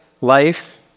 life